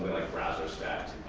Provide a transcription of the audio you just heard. browser stats